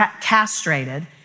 castrated